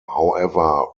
however